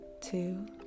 two